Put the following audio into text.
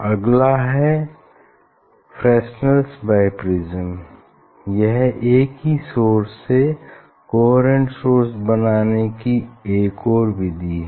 अगला है Fresnel's biprism यह एक ही सोर्स से कोहेरेंट सोर्स बनाने की एक और विधि है